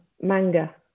Manga